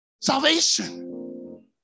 Salvation